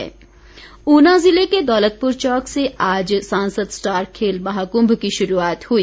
खेल महाक्म्म ऊना ज़िले के दौलतपुर चौक से आज सांसद स्टार खेल महाकुम्भ की शुरूआत हुई